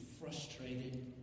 frustrated